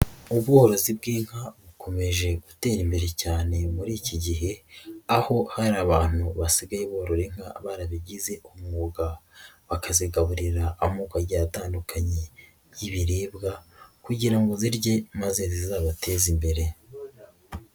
Ubworozi bw'inka bukomeje gutera imbere cyane muri iki gihe aho hari abantu basigaye borora inka barabigize umwuga, bakazigaburira amoko agiye atandukanye y'ibiribwa kugira ngo zirye maze zizabateza imbere.